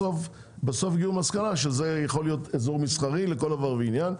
בסוף הגיעו למסקנה שזה יכול להיות אזור מסחרי לכל דבר ועניין,